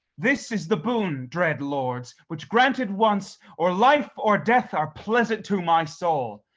this is the boon, dread lords, which granted once or life or death are pleasant to my soul,